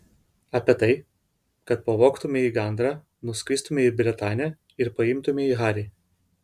apie tai kad pavogtumei gandrą nuskristumei į bretanę ir paimtumei harį